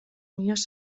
millors